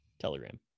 Telegram